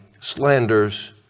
slanders